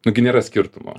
nu gi nėra skirtumo